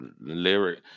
lyric